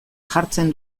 jartzen